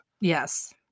Yes